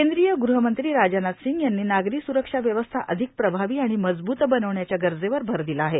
केंद्रीय ग़हमंत्री राजनाथ सिंग यांनी नागरी स्रक्षा व्यवस्था अधिक प्रभावी आणि मजबूत बनवण्याच्या गरजेवर भर दिला आहे